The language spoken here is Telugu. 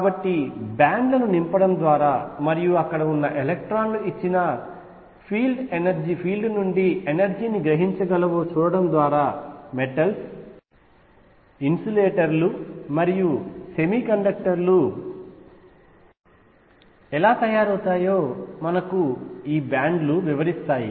కాబట్టి బ్యాండ్ లను నింపడం ద్వారా మరియు అక్కడ ఉన్న ఎలక్ట్రాన్ లు ఇచ్చిన ఫీల్డ్ నుండి ఎనర్జీ ని గ్రహించగలవో చూడటం ద్వారా మెటల్స్ ఇన్సులేటర్లు మరియు సెమీకండక్టర్లు ఎలా తయారవుతాయో మనకు ఈ బ్యాండ్లు వివరిస్తాయి